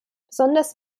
besonders